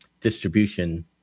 distribution